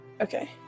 Okay